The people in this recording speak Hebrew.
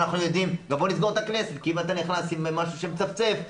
אז נסגור את הכנסת כי אם אתה נכנס עם משהו מצפצף,